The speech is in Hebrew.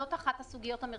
זאת אחת הסוגיות המרכזיות.